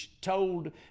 told